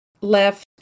left